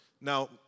Now